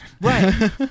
Right